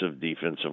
defensive